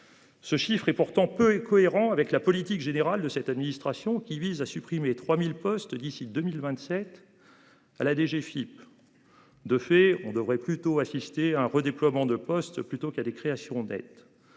Ce chiffre est pourtant peu et cohérent avec la politique générale de cette administration qui vise à supprimer 3000 postes d'ici 2027. À la DGFIP. De fait, on devrait plutôt assister à un redéploiement de postes plutôt qu'à des créations d'être